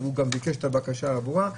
שהוא גם ביקש את הבקשה עבורה,